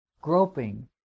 groping